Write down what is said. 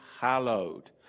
hallowed